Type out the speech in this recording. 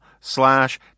slash